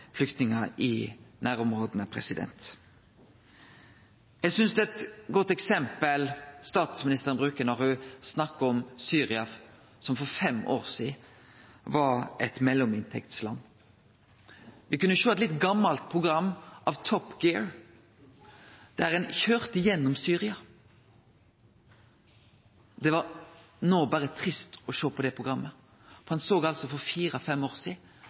flyktningar i nærområda. Eg synest det er eit godt eksempel statsministeren bruker når ho snakkar om Syria som for fem år sidan var eit mellominntektsland. Me kunne sjå ein litt gammal episode av «Top Gear», der ein køyrde gjennom Syria. Det var no berre trist å sjå på det programmet. Ein såg altså for fire–fem år